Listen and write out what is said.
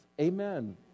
Amen